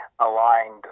aligned